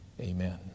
Amen